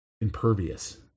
impervious